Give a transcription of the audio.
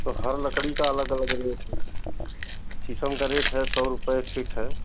तो हर लकड़ी का अलग अलग रेट है शीशम का रेट है सौ रुपये फीट है